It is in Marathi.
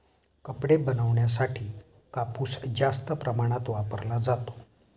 कपडे बनवण्यासाठी कापूस जास्त प्रमाणात वापरला जातो